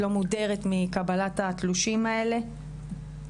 לא מודרת מקבלת התלושים האלה.